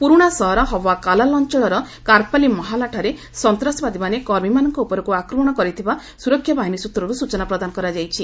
ପୁରୁଣା ସହର ହବା କାଲାଲ୍ ଅଞ୍ଚଳର କାର୍ପାଲି ମୋହାଲାଠାରେ ସନ୍ତାସବାଦୀମାନେ କର୍ମୀମାନଙ୍କ ଉପରକୁ ଆକ୍ରମଣ କରିଥିବା ସୁରକ୍ଷା ବାହିନୀ ସୂତ୍ରରୁ ସୂଚନା ପ୍ରଦାନ କରାଯାଇଛି